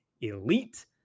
Elite